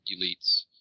Elites